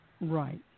Right